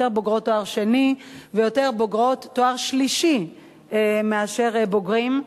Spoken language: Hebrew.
יותר בוגרות תואר שני ויותר בוגרות תואר שלישי מאשר בוגרים.